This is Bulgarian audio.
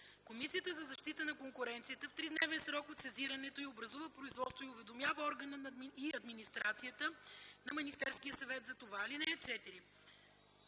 Комисията за защита на конкуренцията в тридневен срок от сезирането й образува производство и уведомява органа и администрацията на Министерския съвет за това. (4)